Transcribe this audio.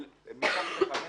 מתחת ל-500